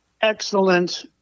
Excellent